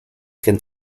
can